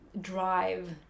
drive